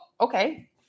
okay